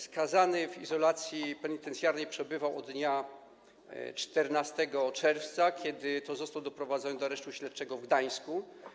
Skazany w izolacji penitencjarnej przebywał od dnia 14 czerwca, kiedy to został doprowadzony do Aresztu Śledczego w Gdańsku.